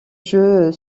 jeu